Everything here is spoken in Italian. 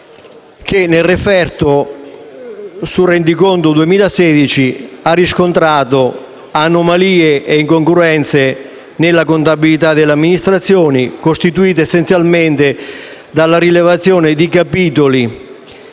che nella relazione sul rendiconto 2016 ha riscontrato anomalie e incongruenze nella contabilità delle amministrazioni, costituite essenzialmente dalla rilevazione di capitoli